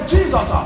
Jesus